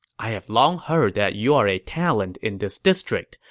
i have long heard that you are a talent in this district,